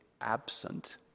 absent